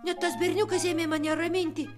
net tas berniukas ėmė mane raminti